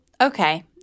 okay